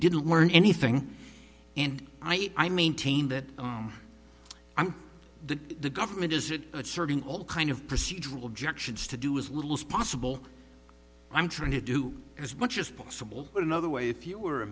didn't learn anything and i maintain that i'm the the government is it asserting all kind of procedural objections to do as little as possible i'm trying to do as much as possible but another way if you were a